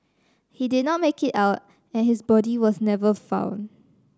he did not make it out and his body was never found